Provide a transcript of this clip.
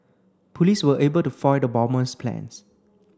police were able to foil the bomber's plans